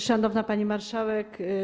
Szanowna Pani Marszałek!